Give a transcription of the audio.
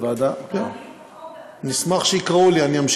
אנחנו נשמח לדון בזה